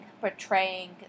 portraying